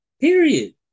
Period